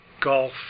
golf